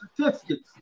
statistics